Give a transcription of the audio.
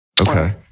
Okay